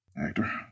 actor